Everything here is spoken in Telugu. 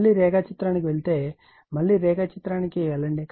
మళ్ళీ రేఖాచిత్రానికి వెళితే మళ్ళీ రేఖ చిత్రానికి వెళ్ళండి